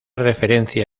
referencia